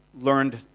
learned